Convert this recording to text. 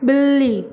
बिल्ली